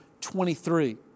23